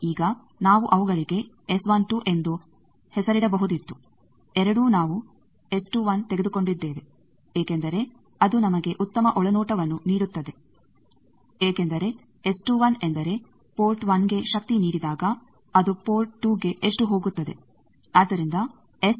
ಈಗ ನಾವು ಅವುಗಳಿಗೆ ಎಂದು ಹೆಸರಿಡಬಹುದಿತ್ತು ಎರಡೂ ನಾವು ತೆಗೆದುಕೊಂಡಿದ್ದೇವೆ ಏಕೆಂದರೆ ಅದು ನಮಗೆ ಉತ್ತಮ ಒಳನೋಟವನ್ನು ನೀಡುತ್ತದೆ ಏಕೆಂದರೆ ಎಂದರೆ ಪೋರ್ಟ್ 1ಗೆ ಶಕ್ತಿ ನೀಡಿದಾಗ ಅದು ಪೋರ್ಟ್ 2ಗೆ ಎಷ್ಟು ಹೋಗುತ್ತದೆ